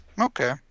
Okay